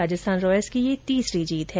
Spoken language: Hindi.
राजस्थान रॉयल्स की यह तीसरी जीत है